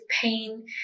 pain